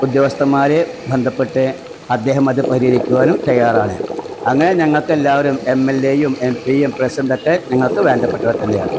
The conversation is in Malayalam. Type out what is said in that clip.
ഉദ്യോഗസ്ഥന്മാരെ ബന്ധപ്പെട്ട് അദ്ദേഹമത് പരിഹരിക്കുവാനും തയ്യാറാണ് അങ്ങനെ ഞങ്ങക്കെല്ലാവരും എമ്മെല്ലേയും എം പി യും പ്രെസിഡൻ്റൊക്കെ ഞങ്ങൾക്ക് വേണ്ടപ്പെട്ടവര് തന്നെയാണ്